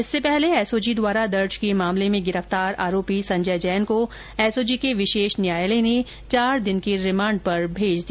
इससे पहले एसओजी द्वारा दर्ज किए मामले में गिरफ्तार आरोपी संजय जैन को एसओजी के विशेष न्यायालय ने चार दिन के रिमांड पर भेज दिया